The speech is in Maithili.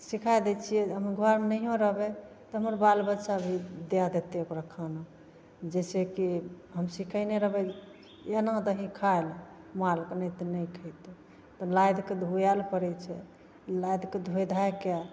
सिखै दै छिए हम घरमे नहिओ रहबै तऽ हमर बाल बच्चा दै देतै ओकरा खाना जइसे कि हम सिखेने रहबै एना दही खाइले मालके नहि तऽ नहि खएतौ तब नादिके धुएले पड़ै छै नादिके धोइ धाइके